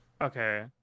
okay